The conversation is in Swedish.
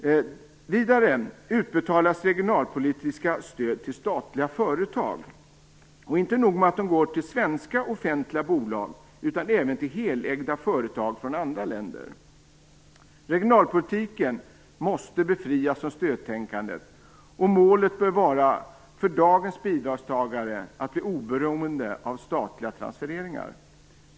Vidare utbetalas regionalpolitiska stöd till statliga företag. Inte nog med att de går till svenska offentliga bolag, de går även till helägda företag från andra länder. Regionalpolitiken måste befrias från stödtänkandet och målet för dagens bidragstagare bör vara att bli oberoende av statliga transfereringar.